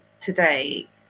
today